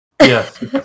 Yes